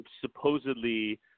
supposedly